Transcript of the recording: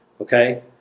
okay